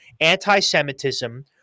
anti-Semitism